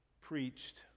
preached